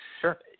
Sure